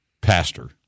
Pastor